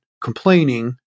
complaining